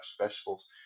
vegetables